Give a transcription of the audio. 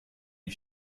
you